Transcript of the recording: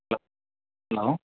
hello